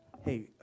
hey